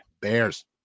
Bears